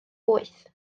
wyth